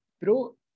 Bro